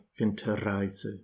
Winterreise